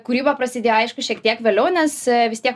kūryba prasidėjo aišku šiek tiek vėliau nes vis tiek